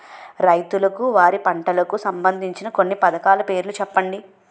రైతులకు వారి పంటలకు సంబందించిన కొన్ని పథకాల పేర్లు చెప్పండి?